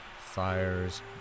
fires